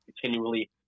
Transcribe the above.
continually